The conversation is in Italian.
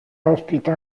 ospita